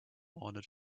ornate